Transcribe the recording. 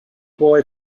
boy